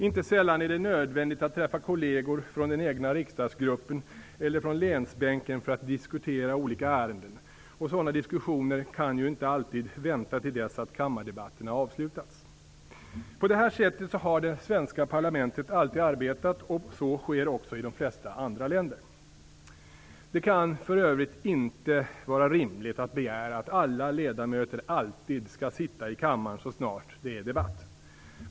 Inte sällan är det nödvändigt att träffa kolleger från den egna riksdagsgruppen eller från länsbänken för att diskutera olika ärenden. Sådana diskussioner kan inte alltid vänta till dess att kammardebatterna avslutats. På detta sätt har det svenska parlamentet alltid arbetat, och så sker också i de flesta andra länder. Det kan för övrigt inte vara rimligt att begära att alla ledamöter alltid skall sitta i kammaren så snart det är debatt.